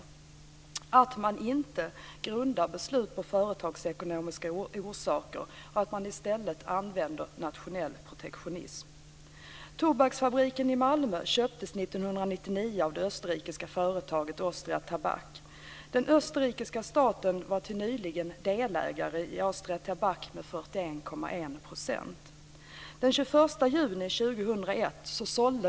Man grundar inte beslut på företagsekonomiska resonemang utan använder i stället nationell protektionism.